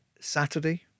Saturday